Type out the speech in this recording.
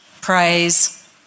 praise